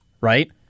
right